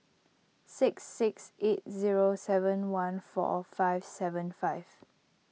six six eight zero seven one four five seven five